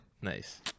Nice